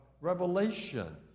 Revelation